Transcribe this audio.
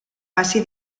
passi